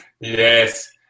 yes